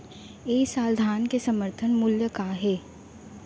ए साल धान के समर्थन मूल्य का हे?